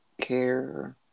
care